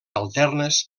alternes